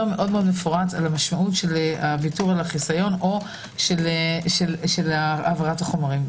מאוד מפורט על המשמעות של הוויתור על החיסיון או של העברת החומרים.